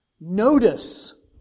notice